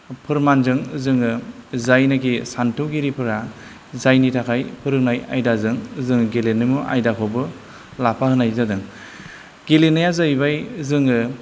फोरमोनजों जोङो जायनोखि सान्थौगिरिफोरा जायनि थाखाय फोरोंनाय आयदाजों जों गेलेमु आयदाखौबो लाफाहोनाय जादों गेलेनाया जाहैबाय जोङो